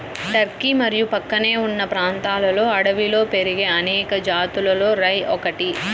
Turkey మరియు ప్రక్కనే ఉన్న ప్రాంతాలలో అడవిలో పెరిగే అనేక జాతులలో రై ఒకటి